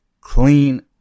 clean